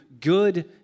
good